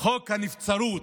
חוק הנבצרות.